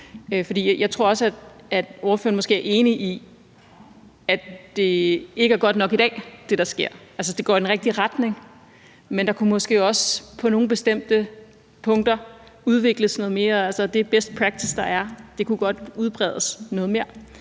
jeg tror måske også, at ordføreren er enig i, at det, der sker i dag, ikke er godt nok. Det går i den rigtige retning, men der kunne måske også på nogle bestemte punkter udvikles noget mere, altså, den best practice, der er, kunne godt udbredes noget mere.